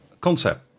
concept